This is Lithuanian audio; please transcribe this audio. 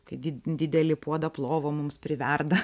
kai didelį puodą plovo mums priverda